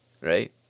right